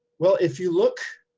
well, if you look